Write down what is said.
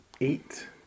eight